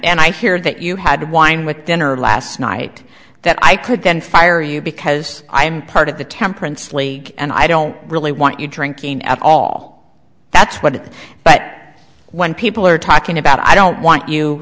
and i hear that you had wine with dinner last night that i could then fire you because i'm part of the temperance league and i don't really want you drinking at all that's what but when people are talking about i don't want you